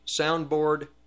soundboard